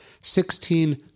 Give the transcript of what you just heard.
Sixteen